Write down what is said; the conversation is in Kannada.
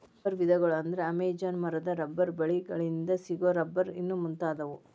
ರಬ್ಬರ ವಿಧಗಳ ಅಂದ್ರ ಅಮೇಜಾನ ಮರದ ರಬ್ಬರ ಬಳ್ಳಿ ಗಳಿಂದ ಸಿಗು ರಬ್ಬರ್ ಇನ್ನು ಮುಂತಾದವು